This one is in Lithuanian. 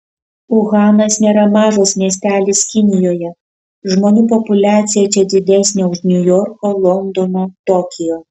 uhanas nėra mažas miestelis kinijoje žmonių populiacija čia didesnė už niujorko londono tokijo